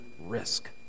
risk